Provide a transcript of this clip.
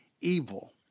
evil